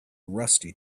rusty